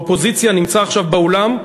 באופוזיציה נמצא עכשיו באולם,